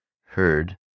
heard